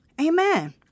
Amen